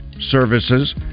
services